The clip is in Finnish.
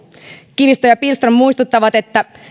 kivistö ja pihlström muistuttavat että